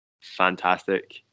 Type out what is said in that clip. fantastic